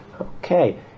Okay